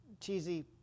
cheesy